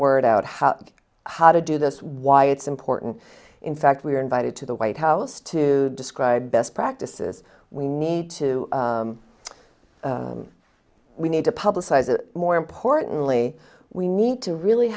word out how how to do this why it's important in fact we are invited to the white house to describe best practices we need to we need to publicize it more importantly we need to really